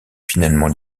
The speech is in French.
finalement